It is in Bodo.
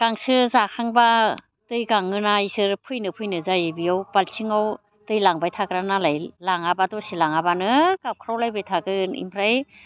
गांसो जाखांब्ला दै गाङो ना इसोर फैनो फैनो जायो बियाव बाल्थिङाव दै लांबाय थाग्रा नालाय लाङाब्ला दसेनो लाङाब्लानो गाबख्रावलायबाय थागोन ओमफ्राय